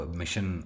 mission